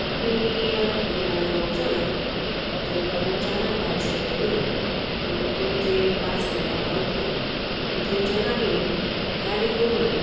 आमी मडगांवच्यान दनपरां चारांक भायर सरतलीं आनी पणजे पांच म्हळ्यार पावतलीं आनी थंयच्यान आमी गाडी करून